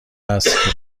است